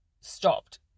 stopped